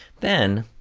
then,